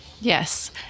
Yes